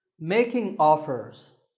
making offers.